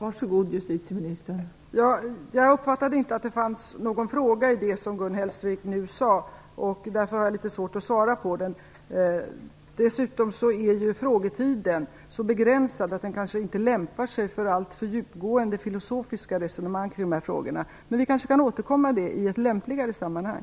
Fru talman! Jag uppfattade inte att det fanns någon fråga i det som Gun Hellsvik nu sade. Därför har jag litet svårt att svara. Dessutom är frågetiden så begränsad att den kanske inte lämpar sig för alltför djupgående filosofiska resonemang kring dessa frågor. Vi kanske kan återkomma till dem i ett lämpligare sammanhang.